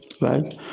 right